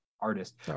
Artist